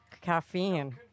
caffeine